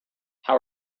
how